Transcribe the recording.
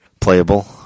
playable